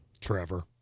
Trevor